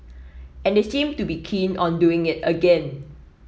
and they seem to be keen on doing it again